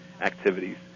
activities